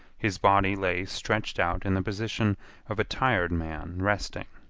his body lay stretched out in the position of a tired man resting,